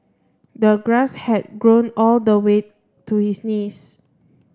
the grass had grown all the way to his knees